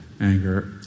Anger